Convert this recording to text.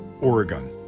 Oregon